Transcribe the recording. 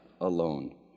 alone